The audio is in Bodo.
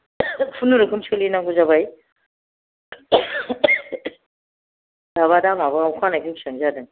खुनुरुखुम सोलिनांगौ जाबाय दाबा दामाबा अखा हानायखाय बिसिबां जादों